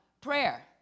prayer